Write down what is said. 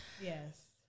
Yes